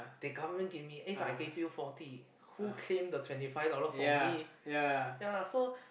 the government give me If I give you forty who claim the twenty five dollar from me ya so